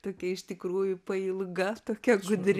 tokia iš tikrųjų pailga tokia gudri